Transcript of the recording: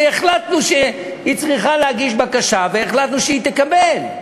הרי החלטנו שהיא צריכה להגיש בקשה והחלטנו שהיא תקבל.